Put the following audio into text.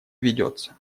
ведется